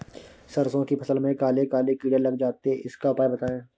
सरसो की फसल में काले काले कीड़े लग जाते इसका उपाय बताएं?